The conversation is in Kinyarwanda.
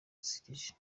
yisekera